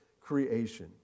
creation